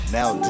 Now